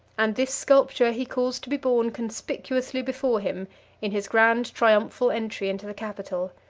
and this sculpture he caused to be borne conspicuously before him in his grand triumphal entry into the capital,